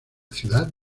ciudad